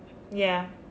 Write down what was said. ya